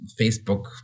Facebook